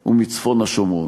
ומצפון השומרון.